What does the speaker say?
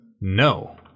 No